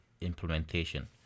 implementation